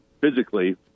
physically